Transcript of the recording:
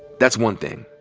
that's one thing.